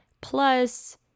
plus